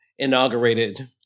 inaugurated